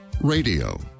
radio